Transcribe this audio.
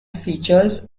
features